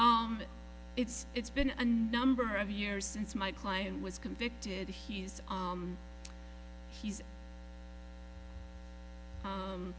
what it's it's been a number of years since my client was convicted he's on he's